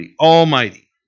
Almighty